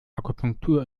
akupunktur